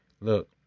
look